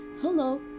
Hello